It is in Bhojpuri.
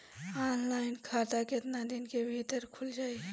ऑनलाइन खाता केतना दिन के भीतर ख़ुल जाई?